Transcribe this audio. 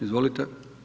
Izvolite.